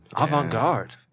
Avant-garde